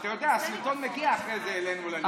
אתה יודע, הסרטון מגיע אחרי זה אלינו, ללשכה.